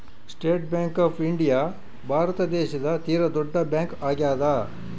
state Bank of India Bharat ದೇಶದ ತೀರ ದೊಡ್ಡ ಬ್ಯಾಂಕ್ ಆಗ್ಯಾದ